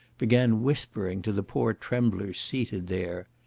began whispering to the poor tremblers seated there.